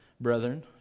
brethren